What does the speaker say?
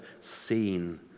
seen